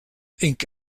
ink